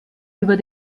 über